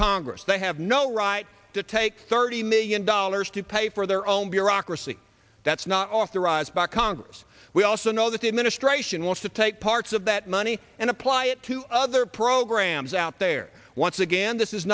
congress they have no right to take thirty million dollars to pay for their own bureaucracy that's not authorized by congress we also know that the administration wants to take parts of that money and apply it to other programs out there once again this is